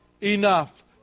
enough